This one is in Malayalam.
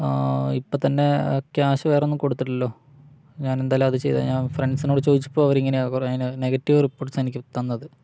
ഇപ്പോള്ത്തന്നെ ക്യാഷ് വേറെയൊന്നും കൊടുത്തിട്ടില്ലല്ലോ ഞാന് എന്തായാലും അത് ചെയ്യാം ഞാൻ ഫ്രണ്ട്സിനോട് ചോദിച്ചപ്പോള് അവരിങ്ങനെയാണ് നെഗറ്റീവ് റിപ്പോർട്സാണ് എനിക്ക് തന്നത്